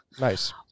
Nice